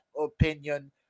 opinion